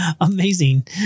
Amazing